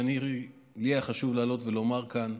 שהיה חשוב לי לעלות ולומר כאן,